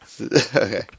Okay